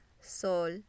sol